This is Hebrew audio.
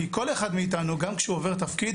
כי כל אחד מאיתנו גם כשהוא עובר תפקיד,